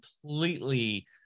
completely